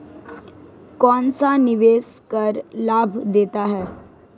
कौनसा निवेश कर लाभ देता है?